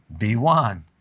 B1